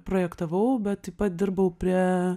projektavau bet taip pat dirbau prie